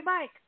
Mike